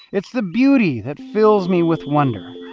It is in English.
it's the beauty that fills me with wonder.